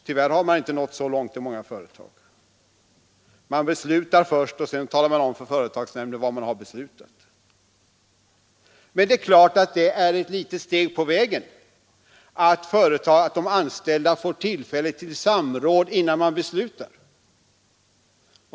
Tyvärr har man inte ens nått så långt i många företag. Man beslutar först och talar sedan om för företagsnämnden vad man har beslutat. Men det är klart att samråd före beslut är ett litet steg på vägen.